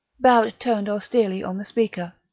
barrett turned austerely on the speaker.